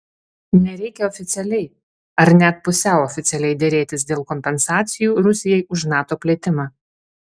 nereikia oficialiai ar net pusiau oficialiai derėtis dėl kompensacijų rusijai už nato plėtimą